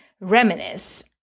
reminisce